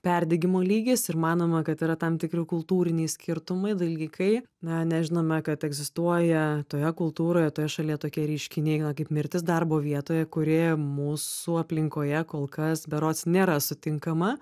perdegimo lygis ir manoma kad yra tam tikri kultūriniai skirtumai dalykai na nežinome kad egzistuoja toje kultūroje toje šalyje tokie reiškiniai na kaip mirtis darbo vietoje kuri mūsų aplinkoje kol kas berods nėra sutinkama